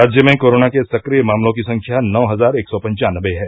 राज्य में कोरोना के सक्रिय मामलों की संख्या नौ हजार एक सौ पंचानवे है